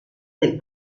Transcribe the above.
del